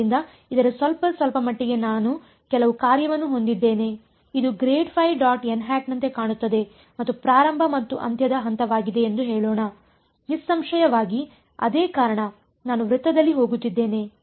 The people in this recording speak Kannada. ಆದ್ದರಿಂದ ಇದರ ಸ್ವಲ್ಪ ಸ್ವಲ್ಪಮಟ್ಟಿಗೆ ನಾನು ಕೆಲವು ಕಾರ್ಯವನ್ನು ಹೊಂದಿದ್ದೇನೆ ಇದು ನಂತೆ ಕಾಣುತ್ತದೆ ಮತ್ತು ಪ್ರಾರಂಭ ಮತ್ತು ಅಂತ್ಯದ ಹಂತವಾಗಿದೆ ಎಂದು ಹೇಳೋಣ ನಿಸ್ಸಂಶಯವಾಗಿ ಅದೇ ಕಾರಣ ನಾನು ವೃತ್ತದಲ್ಲಿ ಹೋಗುತ್ತಿದ್ದೇನೆ